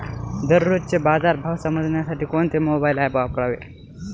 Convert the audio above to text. दररोजचे बाजार भाव समजण्यासाठी कोणते मोबाईल ॲप वापरावे?